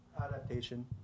adaptation